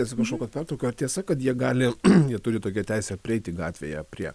atsiprašau kad pertraukiau ar tiesa kad jie gali jie turi tokią teisę prieiti gatvėje prie